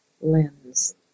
lens